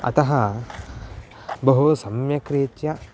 अतः बहु सम्यक् रीत्या